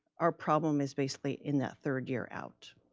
our problem is basically in that third year out.